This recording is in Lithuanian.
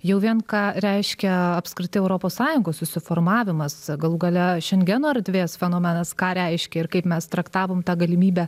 jau vien ką reiškia apskritai europos sąjungos susiformavimas galų gale šengeno erdvės fenomenas ką reiškia ir kaip mes traktavom tą galimybę